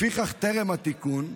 לפיכך, טרם התיקון,